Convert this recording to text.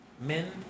men